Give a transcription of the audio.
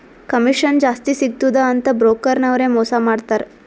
commission ಜಾಸ್ತಿ ಸಿಗ್ತುದ ಅಂತ್ ಬ್ರೋಕರ್ ನವ್ರೆ ಮೋಸಾ ಮಾಡ್ತಾರ್